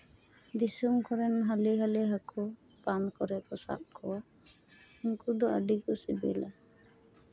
ᱫᱤᱥᱚᱢ ᱠᱚᱨᱮᱱ ᱦᱟᱹᱞᱤ ᱦᱟᱹᱞᱤ ᱦᱟᱹᱠᱩ ᱵᱟᱸᱫᱷ ᱠᱚᱨᱮ ᱠᱚ ᱥᱟᱵ ᱠᱚᱣᱟ ᱩᱱᱠᱩ ᱫᱚ ᱟᱹᱰᱤ ᱠᱚ ᱥᱤᱵᱤᱞᱟ